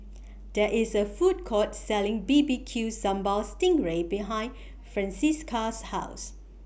There IS A Food Court Selling B B Q Sambal Sting Ray behind Francisca's House